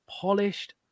polished